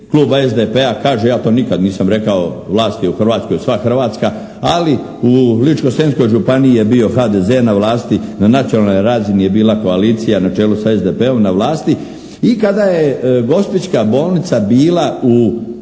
Kluba SDP-a kaže: «Ja to nikad nisam rekao. Vlast je u Hrvatskoj sva hrvatska.» Ali u Ličko-Senjskoj županiji je bio HDZ na vlasti. Na nacionalnoj razini je bila koalicija na čelu sa SDP-om na vlasti i kada je gospićka bolnica bila u